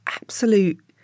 absolute